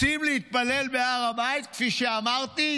רוצים להתפלל בהר הבית, כפי שאמרתי?